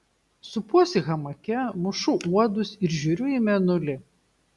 supuosi hamake mušu uodus ir žiūriu į mėnulį